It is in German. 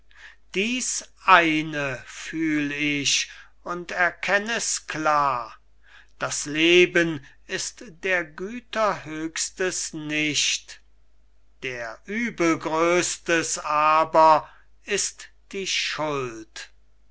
dies eine fühl ich und erkenn es klar das leben ist der güter höchstes nicht der übel größtes aber ist die schuld